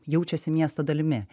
jaučiasi miesto dalimi